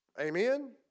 Amen